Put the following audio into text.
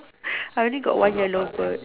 I only got one yellow bird